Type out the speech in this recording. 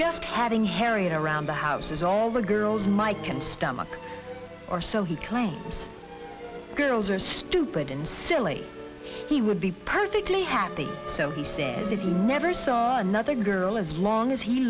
just having harry around the house is all the girls mike can stomach or so he claims girls are stupid and silly he would be perfectly happy so he said that he never saw another girl as long as he